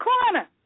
corner